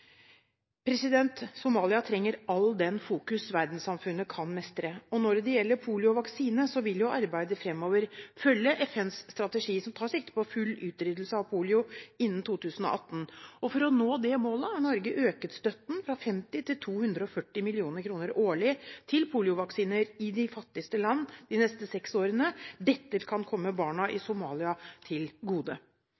Somalia trenger alt det fokus verdenssamfunnet kan mestre. Når det gjelder poliovaksine, vil arbeidet fremover følge FNs strategi, som tar sikte på full utryddelse av polio innen 2018. For å nå det målet har Norge økt støtten fra 50 mill. kr til 240 mill. kr årlig til poliovaksiner i de fattigste land de neste seks årene. Dette kan komme barna i